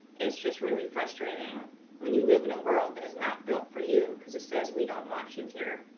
it's just really frustrating when you live in a world that is not built for you, because it says we don't want you here.